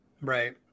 right